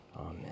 amen